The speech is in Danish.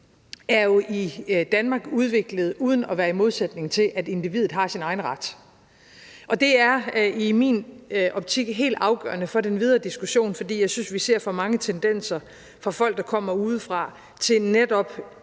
er jo i Danmark udviklet uden at være i modsætning til, at individet har sin egen ret, og det er i min optik helt afgørende for den videre diskussion, fordi jeg synes, vi ser for mange tendenser blandt folk, der kommer udefra, til netop